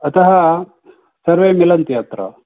अतः सर्वे मिलन्ति अत्र